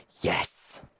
yes